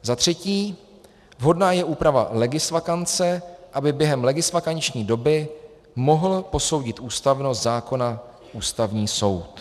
Za třetí, vhodná je úprava legisvakance, aby během legisvakanční doby mohl posoudit ústavnost zákona Ústavní soud.